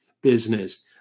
business